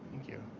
thank you.